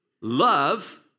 Love